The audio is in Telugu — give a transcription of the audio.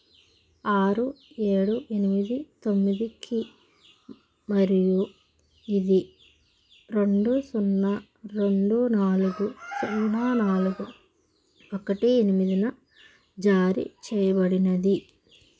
ఆరు ఏడు ఎనిమిది తొమ్మిదికి మరియు ఇది రెండు సున్నా రెండు నాలుగు సున్నా నాలుగు ఒకటి ఎనిమిదిన జారీ చేయబడినది